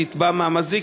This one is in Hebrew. המדינה תלך ותתבע מהמזיק,